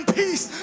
peace